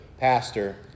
Pastor